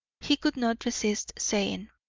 he could not resist saying